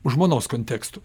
žmonos kontekstu